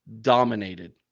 dominated